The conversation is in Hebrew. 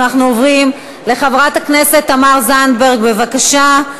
אנחנו עוברים לחברת הכנסת תמר זנדברג, בבקשה.